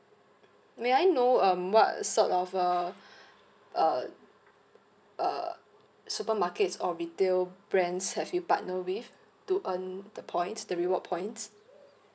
may I know um what sort of uh uh uh supermarkets or retail brands have you partner with to earn the points the reward points